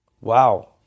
Wow